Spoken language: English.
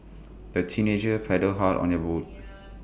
the teenagers paddled hard on their boat